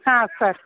ಹಾಂ ಸರ್